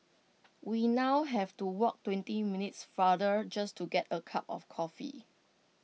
we now have to walk twenty minutes farther just to get A cup of coffee